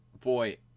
boy